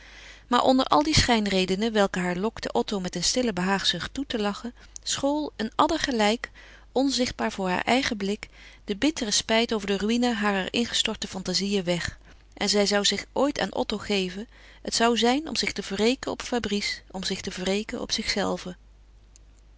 maar onder al die schijnredenen welke haar lokten otto met een stille behaagzucht toe te lachen school een adder gelijk onzichtbaar voor haar eigen blik de bittere spijt over de ruïne harer ingestorte fantazieën weg en zou zij zich ooit aan otto geven het zou zijn om zich te wreken op fabrice om zich te wreken op zichzelve